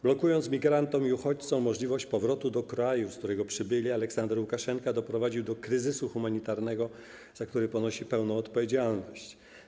Blokując migrantom i uchodźcom możliwość powrotu do kraju, z którego przybyli, Aleksander Łukaszenka doprowadził do kryzysu humanitarnego, za który ponosi pełną odpowiedzialność.